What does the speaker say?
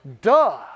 Duh